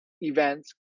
events